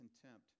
contempt